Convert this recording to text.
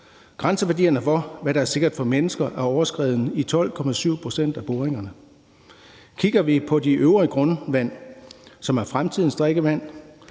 Grænseværdierne for, hvad der er sikkert for mennesker, er overskredet i 12,7 pct. af boringerne. Kigger vi på det øvrige grundvand, som er fremtidens drikkevand,